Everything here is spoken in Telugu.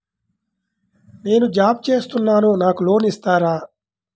నేను జాబ్ చేస్తున్నాను నాకు లోన్ ఇస్తారా?